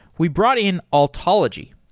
we brought in altology.